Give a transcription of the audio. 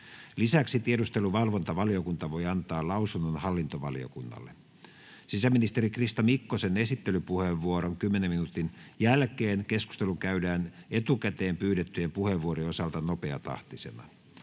Lisäksi tiedusteluvalvontavaliokunta voi antaa lausunnon hallintovaliokunnalle. Sisäministeri Krista Mikkosen 10 minuutin esittelypuheenvuoron jälkeen keskustelu käydään etukäteen pyydettyjen puheenvuorojen osalta nopeatahtisena.